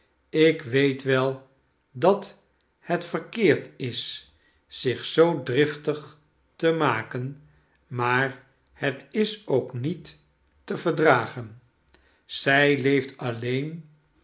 ik weet wel dat het verkeerd is zich zoo driftig te maken maar het is ook niet te verdragen zij leeft alleen